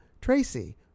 Tracy